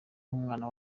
nk’umwana